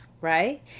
right